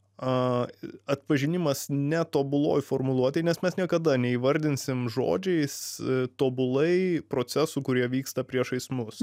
atpažinimas netobuloj formuluotėj nes mes niekada neįvardinsim žodžiais tobulai procesų kurie vyksta priešais mus